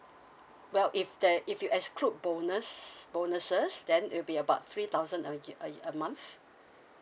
well if there if you exclude bonus bonuses then it'll be about three thousand a ye~ uh a month